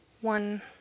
one